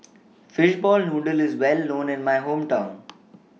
Fishball Noodle IS Well known in My Hometown